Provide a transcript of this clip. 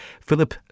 Philip